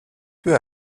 peu